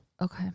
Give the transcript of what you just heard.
Okay